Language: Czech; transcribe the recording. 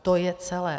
To je celé.